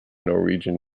norwegian